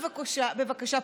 בבקשה,